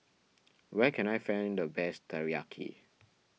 where can I find the best Teriyaki